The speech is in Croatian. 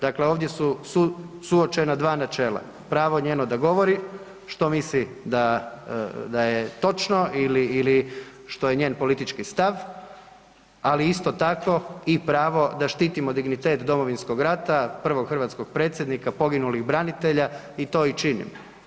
Dakle ovdje su suočena dva načelo, pravo njeno da govori što misli da je točno ili što je njen politički stav, ali isto tako i pravo da štitimo dignitet Domovinskog rata, prvog hrvatskog Predsjednika, poginulih branitelja i to i činim.